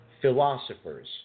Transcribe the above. philosophers